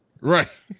Right